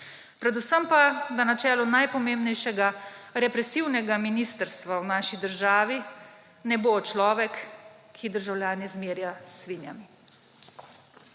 Predvsem pa na načelu najpomembnejšega represivnega ministrstva v naši državi ne bo človek, ki državljane zmerja s svinjami.